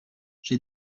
j’ai